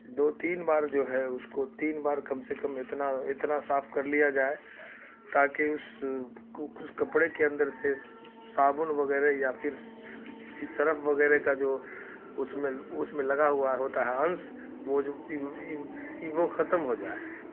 دو تین بار جو ہے اس کو تین بار کم سے کم اتنا اتنا صاف کر لیا جائے تاکہ اس کپڑے کے اندر سے صابن وغیرہ یا پھر سرف وغیرہ کا جو اس میں اس میں لگا ہوا ہوتا ہے انش وہ جو ایو ختم ہو جائے